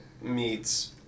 meats